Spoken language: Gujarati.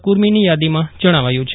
કુર્મીની થાદીમાં જણાવાયું છે